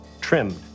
trimmed